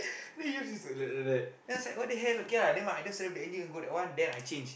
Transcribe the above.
then yours is like that like then I was like what the hell okay lah then I just go that one then I change